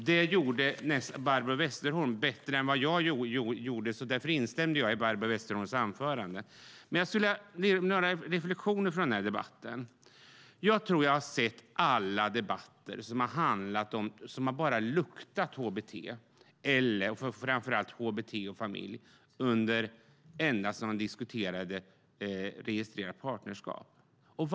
Det gjorde dock Barbro Westerholm bättre än vad jag skulle ha gjort, och därför instämde jag i hennes anförande. Jag skulle vilja göra några reflexioner utifrån den här debatten. Jag tror att jag hört alla debatter som så mycket som luktat hbt, och framför allt hbt och familj, ända sedan frågan om registrerat partnerskap diskuterades.